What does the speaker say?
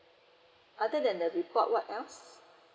other than the people what else